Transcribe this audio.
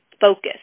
focus